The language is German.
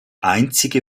einzige